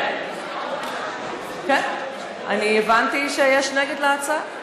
כן, כן, אני הבנתי שיש נגד להצעה,